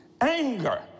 Anger